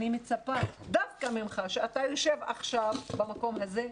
אני מצפה דווקא ממך שאתה יושב עכשיו במקום זה,